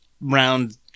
round